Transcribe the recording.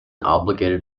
obliged